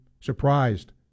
surprised